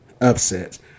upsets